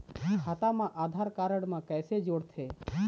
खाता मा आधार कारड मा कैसे जोड़थे?